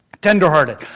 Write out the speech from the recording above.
Tenderhearted